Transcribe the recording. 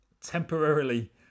temporarily